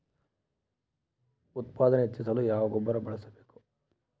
ಉತ್ಪಾದನೆ ಹೆಚ್ಚಿಸಲು ಯಾವ ಗೊಬ್ಬರ ಬಳಸಬೇಕು?